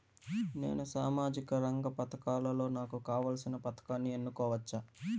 నేను సామాజిక రంగ పథకాలలో నాకు కావాల్సిన పథకాన్ని ఎన్నుకోవచ్చా?